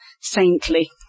saintly